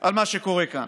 על מה שקורה כאן.